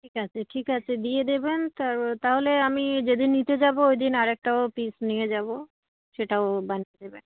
ঠিক আছে ঠিক আছে দিয়ে দেবেন তাহলে আমি যেদিন নিতে যাব ওই দিন আরেকটাও পিস নিয়ে যাব সেটাও বানিয়ে দেবেন